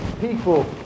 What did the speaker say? People